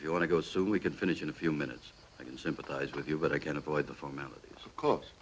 if you want to go so we can finish in a few minutes i can sympathize with you but i can avoid the formality of course